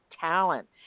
talent